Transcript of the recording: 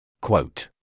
Quote